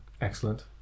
Excellent